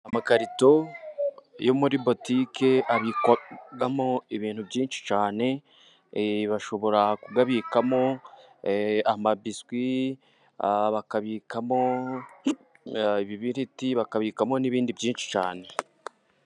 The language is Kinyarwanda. Amakarito yo muri botiki abikwamo ibintu byinshi cyane, bashobora kuyabikamo amabiswi, bakabikamo ibibiriti, bakabikamo n'ibindi byinshi cyane.